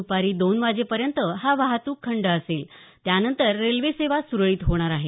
दुपारी दोन वाजेपर्यंत हा वाहतुक खंड असेल त्यानंतर रेल्वेसेवा सुरळीत होणार आहे